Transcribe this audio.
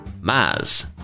Maz